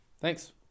thanks